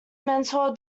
mentor